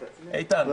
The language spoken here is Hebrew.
בסדר.